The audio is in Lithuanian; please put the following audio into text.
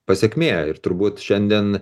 pasekmė ir turbūt šiandien